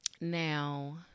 Now